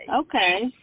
Okay